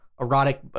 erotic